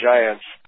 Giants